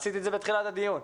עשיתי את זה בתחילת הדיון.